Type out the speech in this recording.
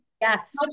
yes